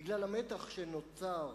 בגלל המתח שנוצר